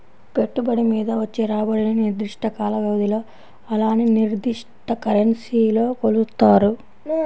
పెట్టుబడి మీద వచ్చే రాబడిని నిర్దిష్ట కాల వ్యవధిలో అలానే నిర్దిష్ట కరెన్సీలో కొలుత్తారు